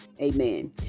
amen